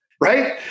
right